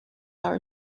are